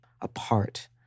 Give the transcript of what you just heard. apart